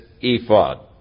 ephod